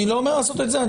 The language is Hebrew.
אני לא אומר לעשות את זה.